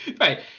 Right